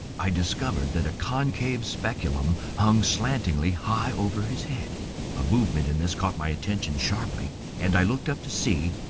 i discovered that a concave speculum hung slantingly high over his head a movement in this caught my attention sharply, and i looked up to see,